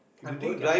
I'm working I'm